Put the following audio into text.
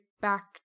back